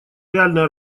реальная